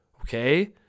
Okay